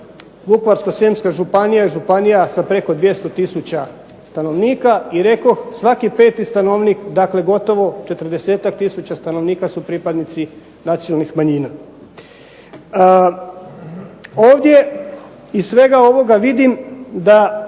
Vukovarsko-srijemska županija je županija sa preko 200 tisuća stanovnika i rekoh, svaki peti stanovnik, dakle gotovo 40-tak tisuća stanovnika su pripadnici nacionalnih manjina. Ovdje iz svega vidim da